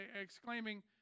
exclaiming